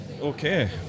Okay